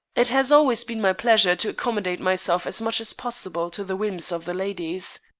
it has always been my pleasure to accommodate myself as much as possible to the whims of the ladies.